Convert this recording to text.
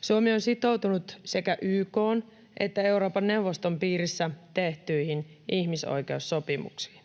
Suomi on sitoutunut sekä YK:n että Euroopan neuvoston piirissä tehtyihin ihmisoikeussopimuksiin.